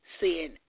seeing